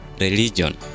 religion